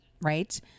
right